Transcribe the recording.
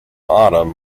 autumn